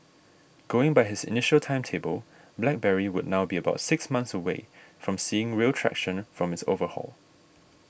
going by his initial timetable BlackBerry would now be about six months away from seeing real traction from its overhaul